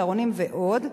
צהרונים ועוד.